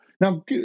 Now